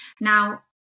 Now